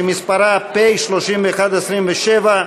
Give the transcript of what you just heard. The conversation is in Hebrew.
שמספרה פ/3127/20,